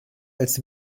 als